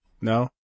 No